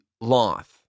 Loth